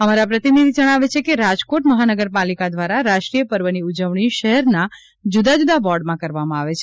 અમારા પ્રતિનિધી જણાવે છે કે રાજકોટ મહાનગરપાલિકા દ્વારા રાષ્ટ્રીય પર્વની ઉજવણી શહેરના જુદા જુદા વોર્ડમાં કરવામાં આવે છે